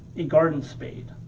a garden spade.